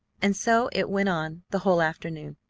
and so it went on the whole afternoon,